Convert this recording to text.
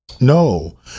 No